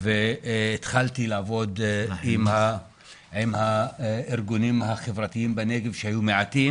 והתחלתי לעבוד עם הארגונים החברתיים בנגב שהיו מעטים,